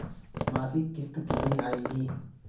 मासिक किश्त कितनी आएगी?